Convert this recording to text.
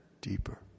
deeper